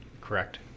Correct